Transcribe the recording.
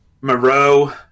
Moreau